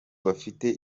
bafite